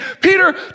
Peter